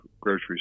grocery